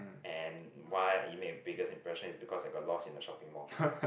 and why it make a biggest impression is because I got lost in a shopping mall